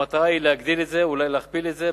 המטרה היא להגדיל את זה,